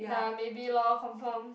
ya maybe lor confirm